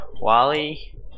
Wally